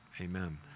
Amen